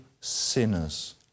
sinners